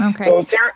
Okay